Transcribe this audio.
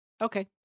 Okay